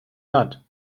not